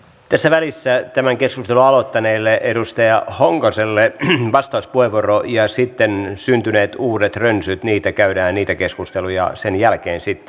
tässä välissä tämän keskustelun aloittaneelle edustaja honkoselle vastauspuheenvuoro ja sitten syntyneistä uusista rönsyistä käydään niitä keskusteluja sen jälkeen sitten